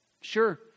Sure